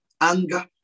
anger